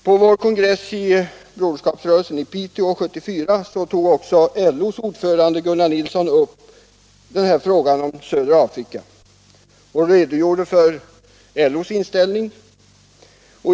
På Broderskapsrörelsens kongress i Piteå 1974 tog också LO:s ordförande Gunnar Nilsson upp frågan och redogjorde för LO:s inställning.